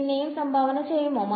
പിന്നെയും സംഭാവന ചെയ്യുമോ